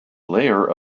layer